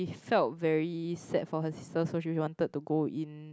felt very sad for her sister so she wanted to go in